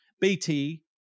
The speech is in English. BT